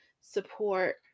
support